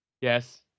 Yes